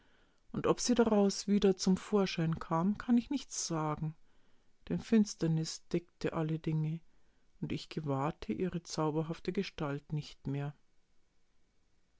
und ob sie daraus wieder zum vorschein kam kann ich nicht sagen denn finsternis deckte alle dinge und ich gewahrte ihre zauberhafte gestalt nicht mehr